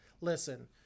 Listen